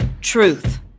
truth